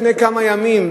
לפני כמה ימים,